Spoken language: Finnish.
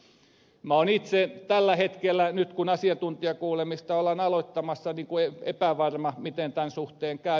olen itse tällä hetkellä nyt kun asiantuntijakuulemista ollaan aloittamassa epävarma miten tämän suhteen käy